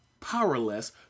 powerless